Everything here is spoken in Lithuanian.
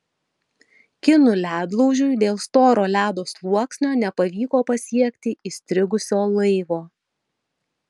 kinų ledlaužiui dėl storo ledo sluoksnio nepavyko pasiekti įstrigusio laivo